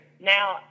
Now